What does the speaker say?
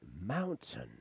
mountain